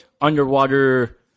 underwater